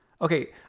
okay